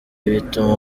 bituma